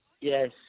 Yes